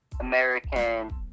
American